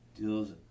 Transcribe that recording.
deals